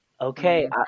Okay